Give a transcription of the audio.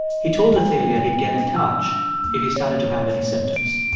he told athalia he'd get in touch if he started to have any symptoms